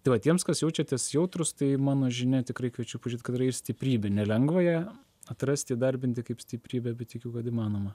tai va tiems kas jaučiatės jautrūs tai mano žinia tikrai kviečiu pažiūrėt kad yra ir stiprybė nelengva ją atrasti darbinti kaip stiprybę bet tikiu kad įmanoma